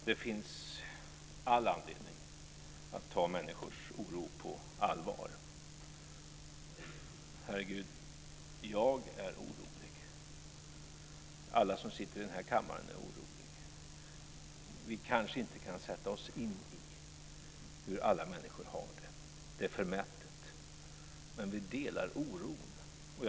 Herr talman! Det finns all anledning att ta människors oro på allvar. Jag är själv orolig. Alla som sitter i den här kammaren är oroliga. Vi kanske inte kan sätta oss in i hur alla människor har det. Det är förmätet. Men vi delar oron.